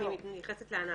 אני מתייחסת לענת.